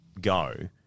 go